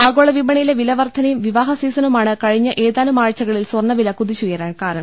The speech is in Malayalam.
ആഗോള വിപണിയിലെ വിലവർദ്ധ നയും വിവാഹസീസണുമാണ് കഴിഞ്ഞ ഏതാനും ആഴ്ചകളിൽ സ്വർണവില കുതിച്ചുയരാൻ കാരണം